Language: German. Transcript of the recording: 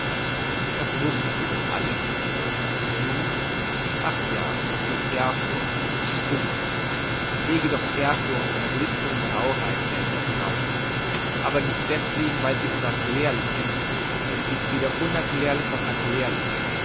das wußtest du doch alles und nun ach ja die ehrfurcht die stimmung hege doch ehrfurcht vor der glitzernden rauhreifwelt da draußen aber nicht deswegen weil sie unerklärlich ist sie ist weder unerklärlich noch erklärlich